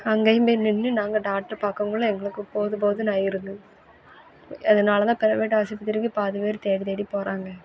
அங்கேயும் போய் நின்று நாங்கள் டாக்டர் பாக்கக்குள்ளே எங்களுக்கு போதும் போதும்னு ஆயிருது அதனால் தான் பிரைவேட் ஆஸ்பத்திரிக்கு பாதி பேர் தேடி தேடி போகறாங்க